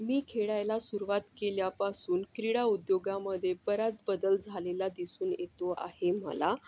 मी खेळायला सुरवात केल्यापासून क्रीडा उद्योगामध्ये बराच बदल झालेला दिसून येतो आहे मला